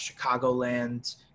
Chicagoland